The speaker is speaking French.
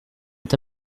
est